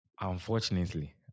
Unfortunately